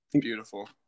beautiful